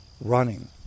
running